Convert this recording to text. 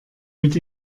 mit